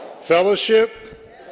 fellowship